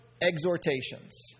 exhortations